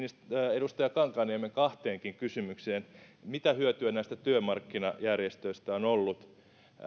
edustaja kankaanniemen kahteenkin kysymykseen mitä hyötyä näistä työmarkkinajärjestöistä on ollut